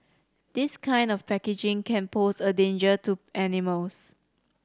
this kind of packaging can pose a danger to animals